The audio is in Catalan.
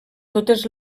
totes